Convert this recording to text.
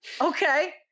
okay